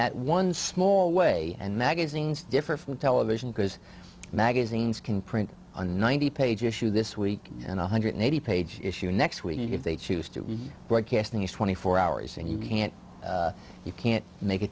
that one small way and magazines differ from television because magazines can print a ninety page issue this week and one hundred and eighty dollars page issue next week if they choose to be broadcasting is twenty four hours and you can't you can't make a